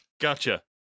Gotcha